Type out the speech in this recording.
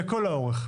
לכל האורך.